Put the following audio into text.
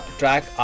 track